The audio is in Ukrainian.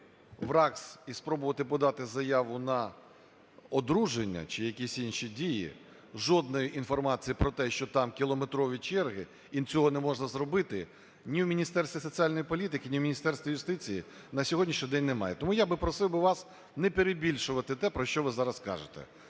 в РАГС і спробувати подати заяву на одруження чи якісь інші дії, жодної інформації про те, що там кілометрові черги і цього не можна зробити, ні в Міністерстві соціальної політики, ні в Міністерстві юстиції на сьогоднішній день немає. Тому я просив би вас не перебільшувати те, про що ви зараз кажете.